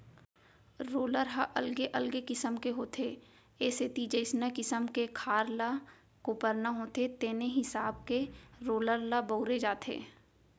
roller ह अलगे अलगे किसम के होथे ए सेती जइसना किसम के खार ल कोपरना होथे तेने हिसाब के रोलर ल बउरे जाथे